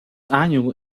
annual